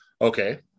Okay